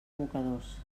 mocadors